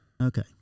Okay